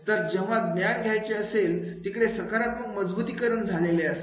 तर जेव्हा ज्ञान घ्यायचे असेल तिकडे सकारात्मक मजबुतीकरण झालेले असेल